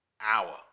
Hour